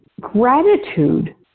gratitude